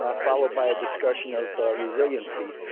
ah followed by discussion of resiliency.